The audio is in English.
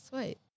Sweet